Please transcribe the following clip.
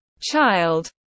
child